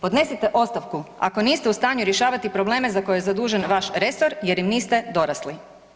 Podnesite ostavku ako niste u stanju rješavati probleme za koje je zadužen vaš resor jer im niste dorasli.